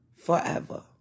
Forever